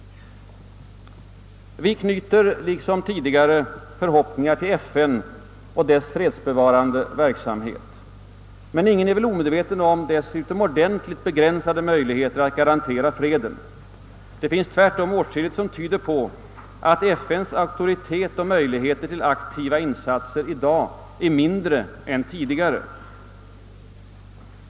Liksom tidigare knyter vi förhoppningar till FN och dess fredsbevarande verksamhet. Men ingen är väl omedveten om dess mycket begränsade möjligheter att garantera freden. Det finns tvärtom åtskilligt som tyder på att FN:s auktoritet och möjligheter till aktiva insatser i dag är mindre än tidigare.